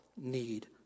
need